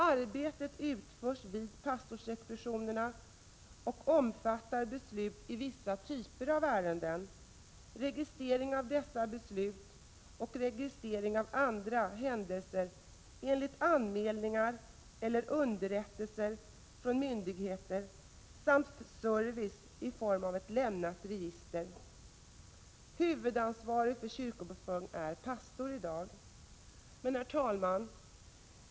Arbetet utförs vid pastorsexpeditionerna och omfattar beslut i vissa typer av ärenden, registrering av dessa beslut, registrering av andra händelser enligt anmälningar eller underrättelser från andra myndigheter samt service i form av att lämna uppgifter ur register. Huvudansvarig för kyrkobokföring är i dag pastor. Herr talman!